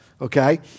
okay